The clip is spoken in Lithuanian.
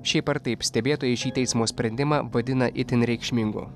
šiaip ar taip stebėtojai šį teismo sprendimą vadina itin reikšmingu